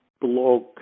blog